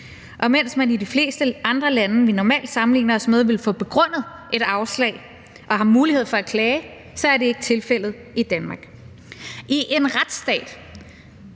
og mens man i de fleste andre lande, vi normalt sammenligner os med, ville få begrundet et afslag og har mulighed for at klage, er det ikke tilfældet i Danmark. I en retsstat